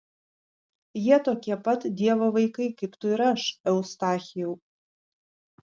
jie tokie pat dievo vaikai kaip tu ir aš eustachijau